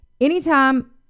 Anytime